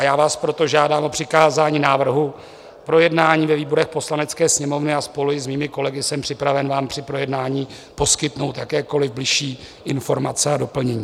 Já vás proto žádám o přikázání návrhu k projednání ve výborech Poslanecké sněmovny a spolu i s mými kolegy jsem připraven při projednání poskytnout jakékoliv bližší informace a doplnění.